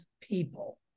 people